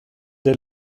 der